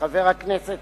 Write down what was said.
חבר הכנסת